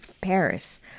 Paris